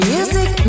Music